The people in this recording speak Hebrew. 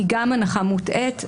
היא גם הנחה מוטעית.